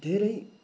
धेरै